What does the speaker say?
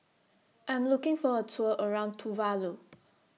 I'm looking For A Tour around Tuvalu